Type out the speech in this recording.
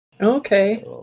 Okay